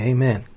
Amen